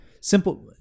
Simple